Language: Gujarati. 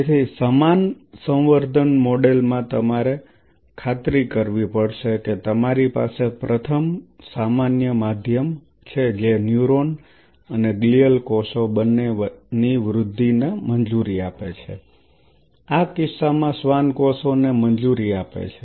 તેથી સમાન સંવર્ધન મોડેલમાં તમારે ખાતરી કરવી પડશે કે તમારી પાસે પ્રથમ સામાન્ય માધ્યમ છે જે ન્યુરોન અને ગ્લિઅલ કોષો બંનેની વૃદ્ધિને મંજૂરી આપે છે આ કિસ્સામાં શ્વાન કોષો ને મંજુરી આપે છે